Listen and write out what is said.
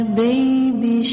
baby